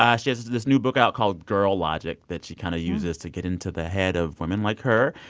um she has this new book out called girl logic that she kind of uses to get into the head of women like her.